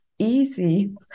Easy